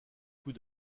coup